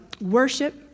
worship